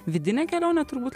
vidinę kelionę turbūt